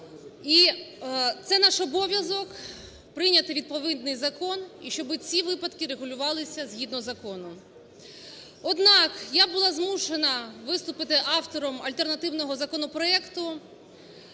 це наш обов'язок – прийняти відповідний закон і щоби ці випадки регулювалися згідно закону. Однак я була змушена виступити автором альтернативного законопроекту